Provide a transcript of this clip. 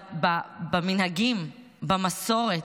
במנהגים, במסורת.